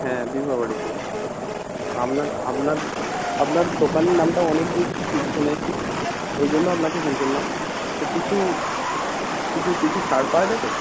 হ্যাঁ বিবাহ বাড়িতে তা আপনাদের দোকানের নামটা অনেক দূর শুনেছি ওই জন্য আপনাকে ফোন করলাম তো কিছু কিছু কিছু ছাড় পাওয়া যাবে